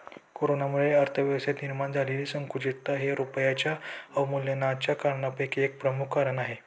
कोरोनाच्यामुळे अर्थव्यवस्थेत निर्माण झालेली संकुचितता हे रुपयाच्या अवमूल्यनाच्या कारणांपैकी एक प्रमुख कारण आहे